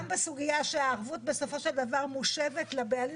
גם בשאלה שהערבות בסופו של דבר מושבת לבעלים.